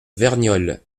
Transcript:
verniolle